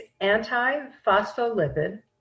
anti-phospholipid